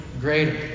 greater